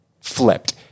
flipped